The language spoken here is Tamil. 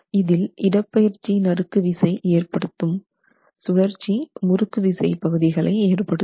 இதில் இடப்பெயர்ச்சி நறுக்கு விசை ஏற்படுத்தும் சுழற்சி முறுக்கு விசை பகுதிகளை ஏற்படுத்தும்